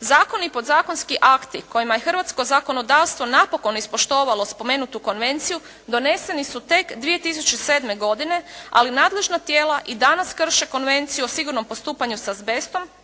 Zakon i podzakonski akti kojima je hrvatsko zakonodavstvo napokon ispoštovalo spomenutu konvenciju doneseni su tek 2007. godine, ali nadležna tijela i danas krše Konvenciju o sigurnom postupanju s azbestom,